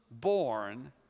born